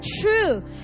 true